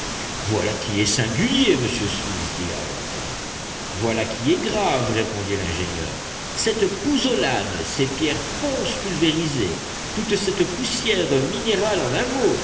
voilà qui est singulier monsieur smith dit ayrton voilà qui est grave répondit l'ingénieur cette pouzzolane ces pierres ponces pulvérisées toute cette poussière minérale en un mot